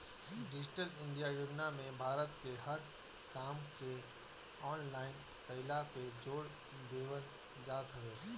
digital India योजना में भारत में हर काम के ऑनलाइन कईला पे जोर देवल जात हवे